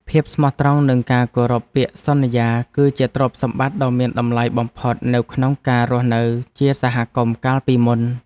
ភាពស្មោះត្រង់និងការគោរពពាក្យសន្យា គឺជាទ្រព្យសម្បត្តិដ៏មានតម្លៃបំផុតនៅក្នុងការរស់នៅជាសហគមន៍កាលពីមុន។